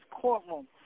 courtroom